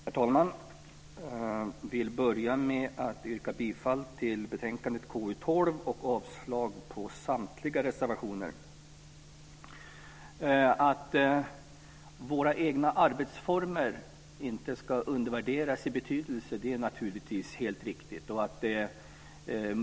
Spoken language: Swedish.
Herr talman! Jag vill börja med att yrka bifall till förslaget i betänkandet KU12 och avslag på samtliga reservationer. Att våra egna arbetsformer inte ska undervärderas i betydelse är naturligtvis helt riktigt.